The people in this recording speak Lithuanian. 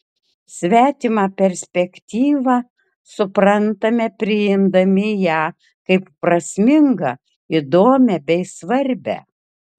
svetimą perspektyvą suprantame priimdami ją kaip prasmingą įdomią bei svarbią